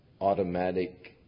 automatic